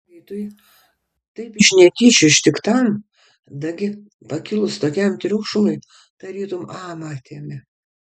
vaitui taip iš netyčių ištiktam dagi pakilus tokiam triukšmui tarytum amą atėmė